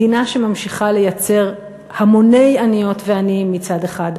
מדינה שממשיכה לייצר המוני עניות ועניים מצד אחד,